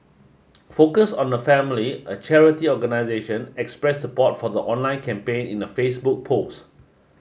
focus on the family a charity organisation expressed support for the online campaign in a Facebook post